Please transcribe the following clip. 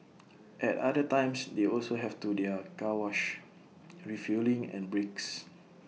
at other times they also have to do their car wash refuelling and breaks